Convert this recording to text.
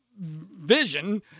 vision